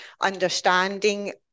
understanding